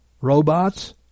robots